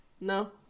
No